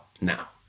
now